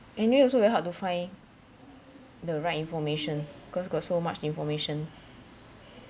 and knew also very hard to find the right information cause got so much information